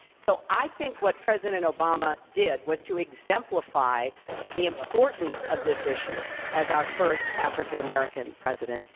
so i think what president obama did was to exemplify the importance of this issue as our first african american president,